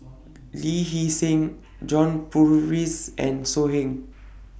Lee Hee Seng John Purvis and So Heng